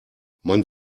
man